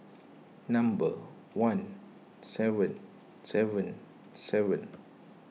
number one seven seven seven